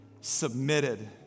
submitted